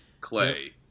Clay